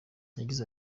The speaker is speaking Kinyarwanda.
yagize